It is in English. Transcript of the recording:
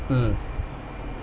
mm